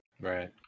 Right